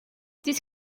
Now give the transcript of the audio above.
this